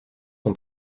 son